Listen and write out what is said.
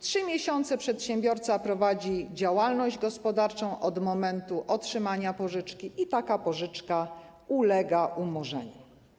3 miesiące przedsiębiorca prowadzi działalność gospodarczą od momentu otrzymania pożyczki i taka pożyczka ulega umorzeniu.